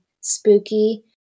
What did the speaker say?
spooky